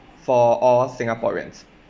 for all singaporeans